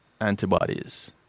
antibodies